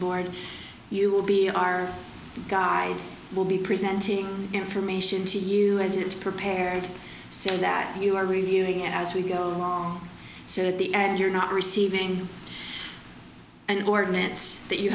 board you will be our guide will be presenting information to you as it's prepared so that you are reviewing as we go along so at the end you're not receiving and ordnance that you